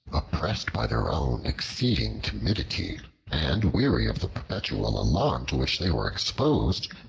oppressed by their own exceeding timidity and weary of the perpetual alarm to which they were exposed,